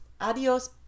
adios